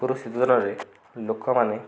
ଲୋକମାନେ